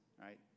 right